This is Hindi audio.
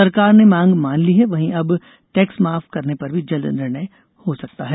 सरकार ने एक मांग मान ली है वहीं अब टैक्स माफ करने पर भी जल्द निर्णय हो सकता है